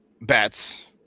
bets